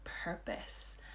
purpose